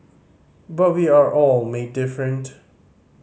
but we are all made different